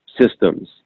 systems